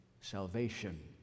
salvation